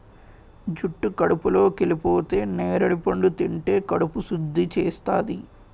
జుట్టు కడుపులోకెళిపోతే నేరడి పండు తింటే కడుపు సుద్ధి చేస్తాది